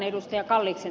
kannatan ed